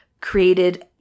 created